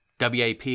WAP